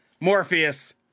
Morpheus